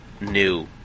new